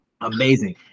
Amazing